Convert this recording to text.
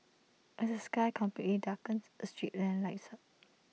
as the sky completely darkens A street lamp lights up